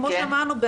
כמו שאמרנו,